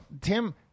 Tim